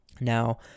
Now